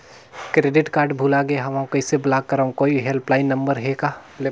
Credit card भुला गे हववं कइसे ब्लाक करव? कोई हेल्पलाइन नंबर हे का?